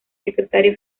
secretario